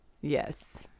Yes